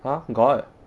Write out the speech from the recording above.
!huh! got